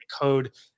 code